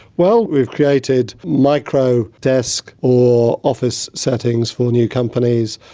well, we've created micro desk or office settings for new companies,